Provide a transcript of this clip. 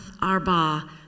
Arba